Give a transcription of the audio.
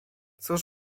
cóż